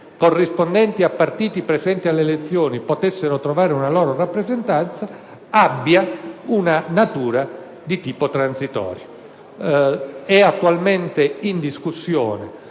corrispondenti a partiti presenti alle elezioni potessero trovare una loro rappresentanza, dovesse avere una natura di tipo transitorio. È attualmente in discussione